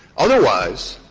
otherwise,